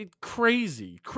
crazy